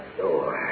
door